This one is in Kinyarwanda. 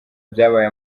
byabaye